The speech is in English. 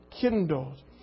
kindled